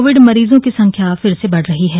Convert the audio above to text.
Covid मरीजों की संख्या फिर से बढ़ रही है